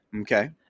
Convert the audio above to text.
okay